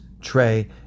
tray